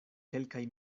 kelkaj